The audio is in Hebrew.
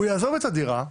הוא יעזור את הדירה,